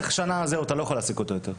שנה אתה לא יכול להעסיק אותו יותר".